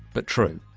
but true.